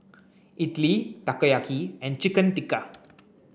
Idili Takoyaki and Chicken Tikka